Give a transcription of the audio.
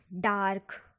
dark